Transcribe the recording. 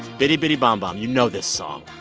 bidi bidi bom bom. you know this song.